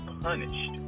punished